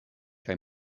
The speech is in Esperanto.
kaj